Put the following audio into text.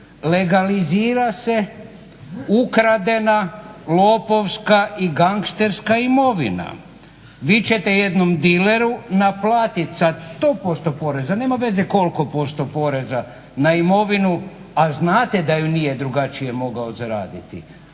legalizira se ukradena, lopovska i gangsterska imovina. Vi ćete jednom dileru naplatiti sad 100% poreza, nema veze koliko posto poreza na imovinu, a znate da ju nije drugačije mogao zaraditi,